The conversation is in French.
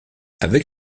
avec